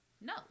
No